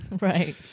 right